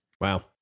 Wow